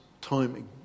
timing